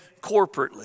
corporately